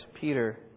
Peter